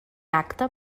acte